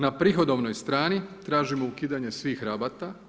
Na prihodovnoj strani tražimo ukidanje svih rabata.